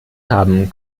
haben